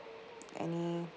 any